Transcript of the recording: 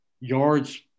yards